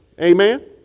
Amen